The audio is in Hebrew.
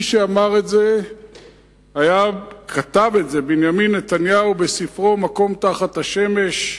מי שכתב את זה זה בנימין נתניהו בספרו "מקום תחת השמש".